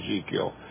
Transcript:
Ezekiel